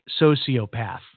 sociopath